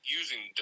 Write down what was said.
using